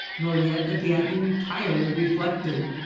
nor yet again entirely reflected.